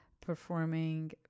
performing